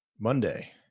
Monday